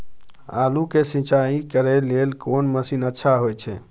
आलू के सिंचाई करे लेल कोन मसीन अच्छा होय छै?